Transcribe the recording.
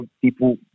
people